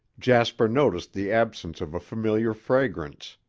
jasper noticed the absence of a familiar fragrance.